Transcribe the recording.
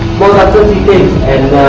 more than thirty big and